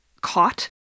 caught